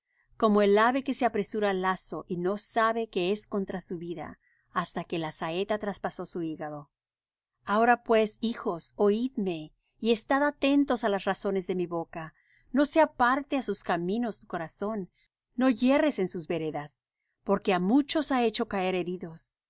como el ave que se apresura al lazo y no sabe que es contra su vida hasta que la saeta traspasó su hígado ahora pues hijos oidme y estad atentos á las razones de mi boca no se aparte á sus caminos tu corazón no yerres en sus veredas porque á muchos ha hecho caer heridos